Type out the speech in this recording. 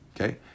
Okay